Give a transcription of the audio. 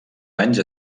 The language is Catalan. anys